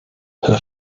her